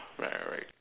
right right